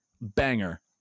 banger